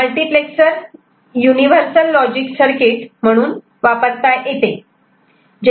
multiplexer universal logic circuit म्हणून वापरता येते